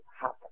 happen